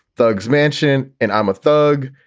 thugs, mansion and i'm a thug.